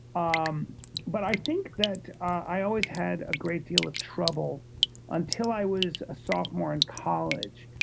ah um but i think that i always had a great deal of trouble until i was a sophomore in college,